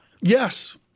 Yes